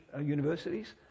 universities